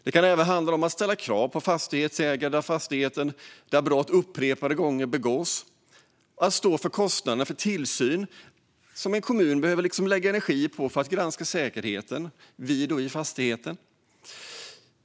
Det kan även handla om att ställa krav på ägare av fastigheter där brott begåtts upprepade gånger att stå för kostnaderna för den tillsyn som en kommun behöver lägga energi på för att granska säkerheten vid och i fastigheterna.